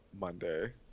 monday